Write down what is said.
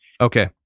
Okay